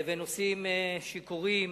נוסעים שיכורים,